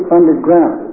underground